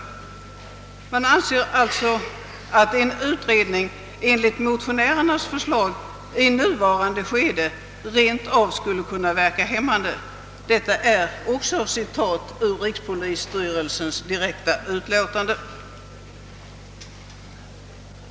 Man anser att en utredning enligt motionärernas förslag i nuvarande skede rent av skulle kunna »verka hämmande» — det är också ett citat ur rikspolisstyrelsens remissyttrande.